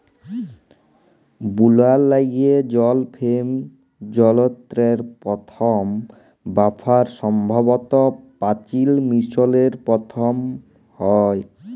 বুলার ল্যাইগে জল ফেম যলত্রের পথম ব্যাভার সম্ভবত পাচিল মিশরে পথম হ্যয়